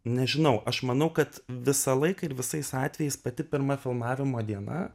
nežinau aš manau kad visą laiką ir visais atvejais pati pirma filmavimo diena